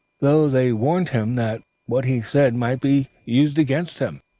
though they warned him that what he said might be used against him.